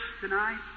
tonight